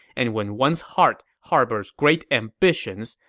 and when one's heart harbors great ambitions,